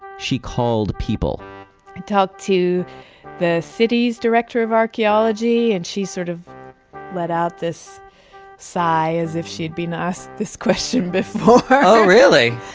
she called people i talked to the city's director of archaeology, and she sort of let out this sigh as if she'd been asked this question before. oh really?